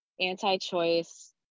Anti-choice